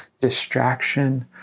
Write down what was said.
distraction